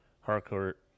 Harcourt